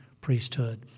priesthood